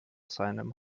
seinem